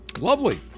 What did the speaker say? lovely